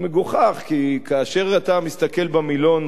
כי כאשר אתה מסתכל במילון על "רצח עם",